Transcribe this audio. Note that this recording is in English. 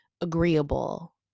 agreeable